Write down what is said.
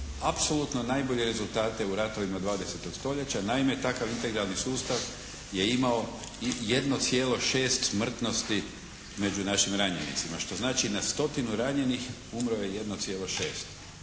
apsolutno najbolje rezultate u ratovima dvadesetog stoljeća. Naime, takav integralni sustav je imao i jedno cijelo šest smrtnosti među našim ranjenicima. Što znači na stotinu ranjenih umrlo je